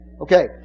Okay